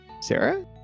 Sarah